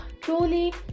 truly